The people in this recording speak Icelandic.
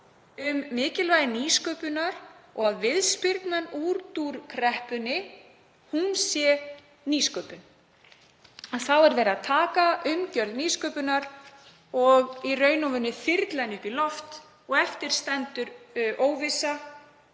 um mikilvægi nýsköpunar og að viðspyrnan út úr kreppunni sé nýsköpun. Þá er verið að taka umgjörð nýsköpunar og þyrla henni upp í loft og eftir stendur óvissa.